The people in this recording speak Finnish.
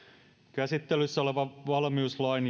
käsittelyssä oleva valmiuslain